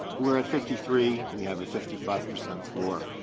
we're at fifty three we have a fifty five percent floor.